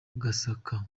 gasaka